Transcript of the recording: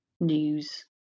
news